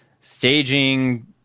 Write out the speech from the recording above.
staging